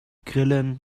grillen